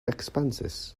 expenses